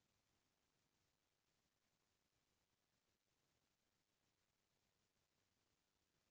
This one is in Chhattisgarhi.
बेंक म आम मनखे अउ बड़े बड़े बेपारी मन ह पइसा ल जमा करथे